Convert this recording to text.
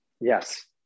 Yes